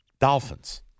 Dolphins